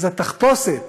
אז התחפושת